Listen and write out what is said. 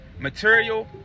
material